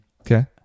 okay